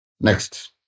Next